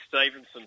Stevenson